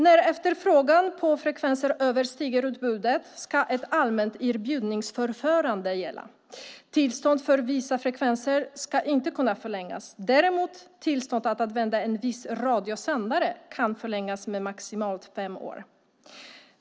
När efterfrågan på frekvenser överstiger utbudet ska ett allmänt inbjudningsförfarande gälla. Tillstånd för vissa frekvenser ska inte kunna förlängas, däremot kan tillstånd att använda en viss radiosändare förlängas med maximalt fem år.